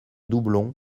doublon